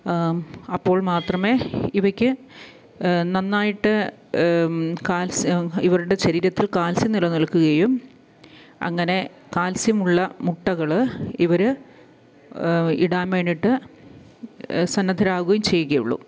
അപ്പോൾ മാത്രമേ ഇവയ്ക്ക് നന്നായിട്ട് കാൽസ്യ ഇവരുടെ ശരീരത്തിൽ കാൽസ്യം നിലനിൽക്കുകയും അങ്ങനെ കാൽസ്യമുള്ള മുട്ടകള് ഇവര് ഇടാൻവേണ്ടിയിട്ട് സന്നദ്ധരാവുകയും ചെയ്യുകയുള്ളു